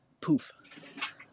poof